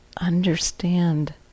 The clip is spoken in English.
understand